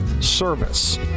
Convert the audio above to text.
service